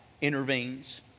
intervenes